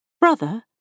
Brother